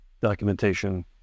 documentation